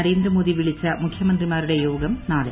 നരേന്ദ്രമോദി വിളിച്ച മുഖ്യമന്ത്രിമാരുടെ യോഗം നാളെ